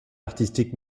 artistique